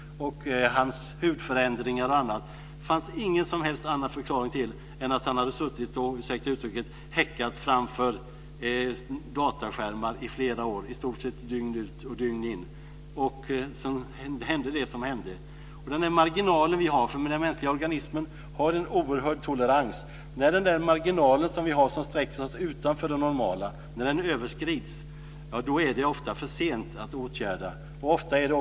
Han fick hudförändringar och annat. Det fanns ingen som helst annan förklaring till det än att han hade suttit och, ursäkta uttrycket, häckat framför dataskärmar i flera år, i stort sett dygn ut och dygn in. Sedan hände det som hände. Den mänskliga organismen har en oerhörd tolerans. Men när den marginal som sträcker sig utanför det normala överskrids är det ofta försent att komma med åtgärder.